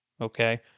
okay